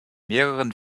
mehreren